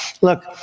Look